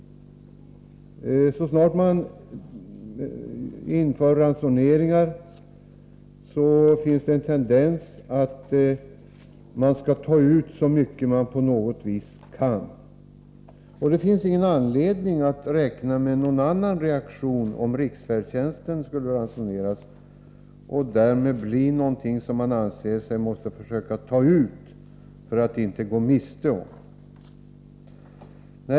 Så snart man inför ransoneringar har människor en tendens att ta ut så mycket de någonsin kan. Det finns inte någon anledning att räkna med någon annan reaktion, om riksfärdtjänsten skulle bli föremål för ransonering. Därmed skulle den mera bli någonting som man anser att man måste försöka ”ta ut” för att man inte skall gå miste om en förmån.